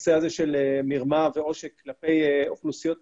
הנושא הזה של מרמה ועושק כלפי אוכלוסיות מיוחדות,